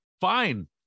fine